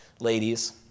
ladies